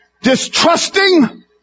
distrusting